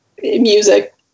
music